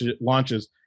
launches